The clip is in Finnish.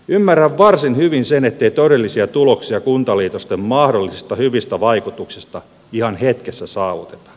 ymmärrän varsin hyvin ettei todellisia tuloksia kuntaliitosten mahdollisista hyvistä vaikutuksista ihan hetkessä saavuteta